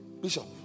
bishop